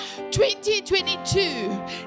2022